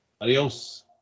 Adios